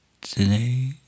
today